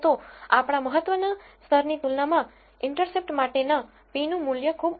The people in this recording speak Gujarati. તો આપણા મહત્વના સ્તરની તુલનામાં ઇન્ટરસેપ્ટ માટેનાં p નું મૂલ્ય ખૂબ ઓછું છે જે 0